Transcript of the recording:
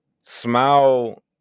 Smile